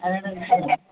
आरो जोङो